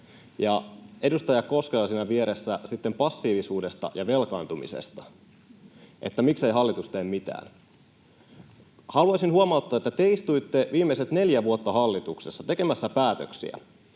edustaja Koskela siinä vieressä sitten passiivisuudesta ja velkaantumisesta, siitä, miksei hallitus tee mitään? Haluaisin huomauttaa, että te istuitte viimeiset neljä vuotta hallituksessa tekemässä päätöksiä,